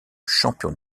champion